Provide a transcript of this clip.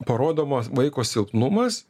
parodomas vaiko silpnumas